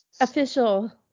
official